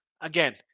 Again